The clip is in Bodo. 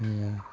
नाया